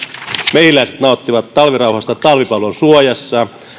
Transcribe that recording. mehiläiset nauttivat talvirauhasta talvipallon suojassa